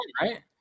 right